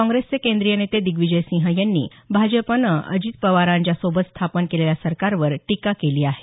काँग्रेसचे केंद्रीय नेते दिद्विजय सिंह यांनी भाजपने अजित पवारांच्या सोबत स्थापन केलेल्या सरकारवर टिका केली आहे